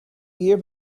year